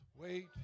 Wait